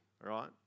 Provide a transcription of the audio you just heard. right